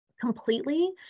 completely